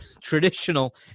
traditional